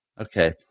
Okay